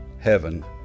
heaven